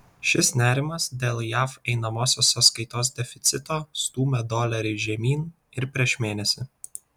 šis nerimas dėl jav einamosios sąskaitos deficito stūmė dolerį žemyn ir prieš mėnesį